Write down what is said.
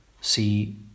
see